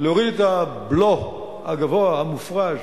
להוריד את הבלו הגבוה המופרז